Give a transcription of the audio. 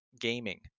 gaming